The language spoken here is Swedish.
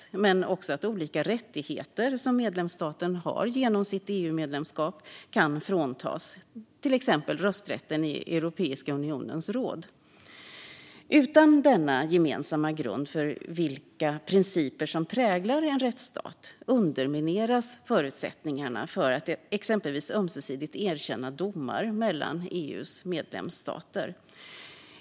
Det kan också leda till att olika rättigheter som medlemsstaten har genom sitt EU-medlemskap, till exempel rösträtten i Europeiska unionens råd, kan fråntas medlemsstaten. Utan denna gemensamma grund för vilka principer som präglar en rättsstat undermineras förutsättningarna för att exempelvis ömsesidigt erkänna domar mellan EU:s medlemsstater.